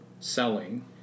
Selling